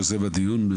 יוזם הדיון.